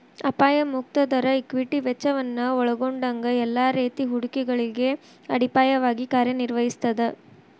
ಅಪಾಯ ಮುಕ್ತ ದರ ಈಕ್ವಿಟಿ ವೆಚ್ಚವನ್ನ ಒಲ್ಗೊಂಡಂಗ ಎಲ್ಲಾ ರೇತಿ ಹೂಡಿಕೆಗಳಿಗೆ ಅಡಿಪಾಯವಾಗಿ ಕಾರ್ಯನಿರ್ವಹಿಸ್ತದ